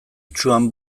itsuan